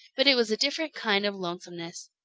but it was a different kind of lonesomeness.